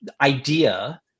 idea